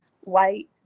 white